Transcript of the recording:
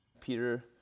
Peter